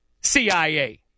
CIA